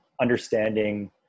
understanding